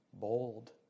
bold